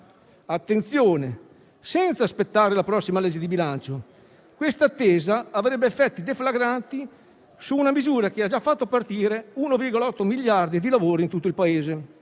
attenzione - senza aspettare la prossima legge di bilancio perché tale attesa avrebbe effetti deflagranti su una misura che ha già fatto partire 1,8 miliardi di lavori in tutto il Paese.